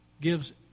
gives